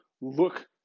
look